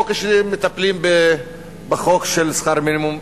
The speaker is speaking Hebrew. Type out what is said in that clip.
או כשמטפלים בחוק שכר מינימום,